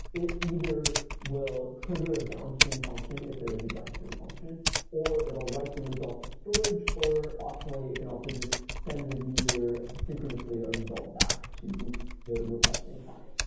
it either will trigger a downstream function if there is a downstream function or it'll write the result to storage or optionally it can also just send the user synchronously a result back to the requesting client.